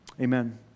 Amen